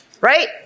right